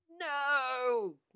No